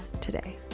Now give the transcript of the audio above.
today